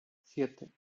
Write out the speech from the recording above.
siete